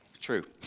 True